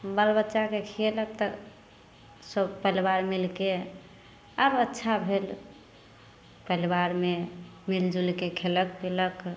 बाल बच्चाके खियेलक तऽ सब परिवार मिलके आब अच्छा भेल परिवारमे मिल जुलिके खेलक पीलक